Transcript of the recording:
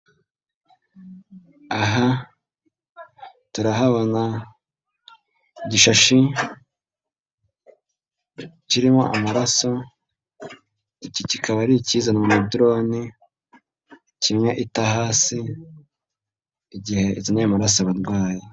Aha turahabona igishashi kirimo amaraso, iki kikaba ari ikizanywa na dorone kimwe ita hasi igihe izaniye amaraso abarwayi.